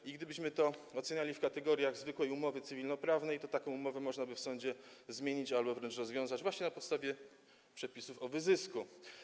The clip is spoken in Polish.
I gdybyśmy to oceniali w kategoriach zwykłej umowy cywilnoprawnej, to taką umowę można by w sądzie zmienić albo wręcz rozwiązać właśnie na podstawie przepisów o wyzysku.